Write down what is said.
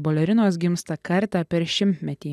balerinos gimsta kartą per šimtmetį